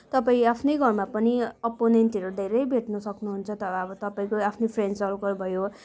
तपाईँ आफ्नै घरमा पनि ओपोनेन्टहरू धेरै भेट्न सक्नुहुन्छ तर अब तपाईँको आफ्नै फ्रेन्ड सर्कल भयो